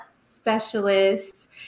specialists